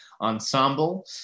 ensemble